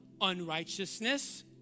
Unrighteousness